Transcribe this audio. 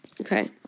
Okay